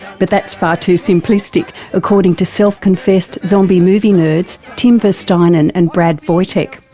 but that's far too simplistic according to self-confessed zombie movie nerds tim verstynen and brad voytek.